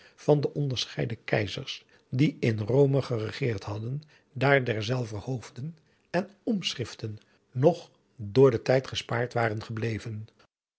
van de onderscheiden keizers die in rome geregeerd hadden daar derzelver hoofden en omschriften nog door den tijd gespaard waren gebleven